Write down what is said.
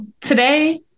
today